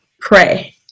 pray